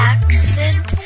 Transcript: Accent